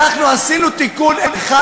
אנחנו משהו אחר.